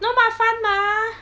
no but fun mah